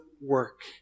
work